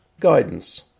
guidance